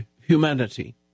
humanity